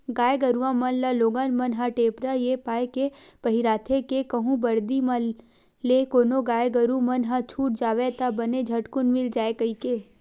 गाय गरुवा मन ल लोगन मन ह टेपरा ऐ पाय के पहिराथे के कहूँ बरदी म ले कोनो गाय गरु मन ह छूट जावय ता बने झटकून मिल जाय कहिके